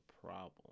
problem